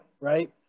right